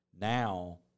now